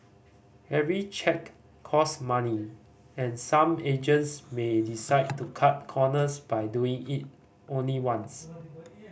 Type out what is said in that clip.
every check cost money and some agents may decide to cut corners by doing it only once